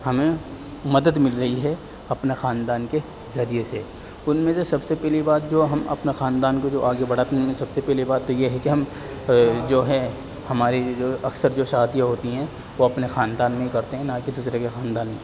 ہمیں مدد مل رہی ہے اپنا خاندان کے ذریعہ سے ان میں سے سب سے پہلی بات جو ہم اپنا خاندان کو جو آگے بڑھاتے ان میں سے سب سے پہلی بات تو یہ ہے کہ ہم جو ہیں ہماری اکثر جو شادیاں ہوتی ہیں وہ اپنے خاندان میں ہی کرتے ہیں نہ کہ دوسرے کے خاندان میں